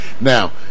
Now